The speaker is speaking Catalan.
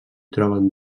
troben